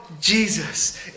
Jesus